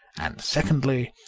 and secondly,